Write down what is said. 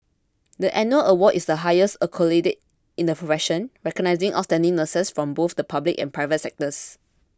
the annual award is the highest accolade in the profession recognising outstanding nurses from both the public and private sectors